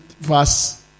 Verse